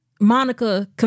Monica